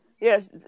Yes